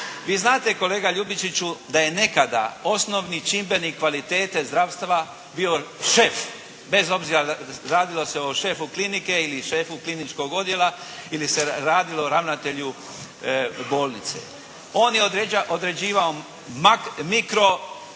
Vi znate kolega Ljubičiću da je nekada osnovni čimbenik kvalitete zdravstva bio šef bez obzira radilo se o šefu klinike ili šefu kliničkog odjela ili se radilo o ravnatelju bolnice. On je određivao